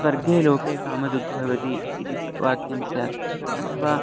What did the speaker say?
स्वर्गे लोके कामधुग् भवति इति वाक्यं स्यात् अथवा